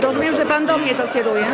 Rozumiem, że pan do mnie to kieruje.